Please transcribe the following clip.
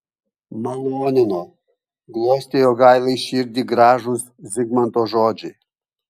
malonino glostė jogailai širdį gražūs zigmanto žodžiai